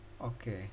Okay